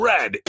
Red